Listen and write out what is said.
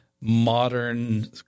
modern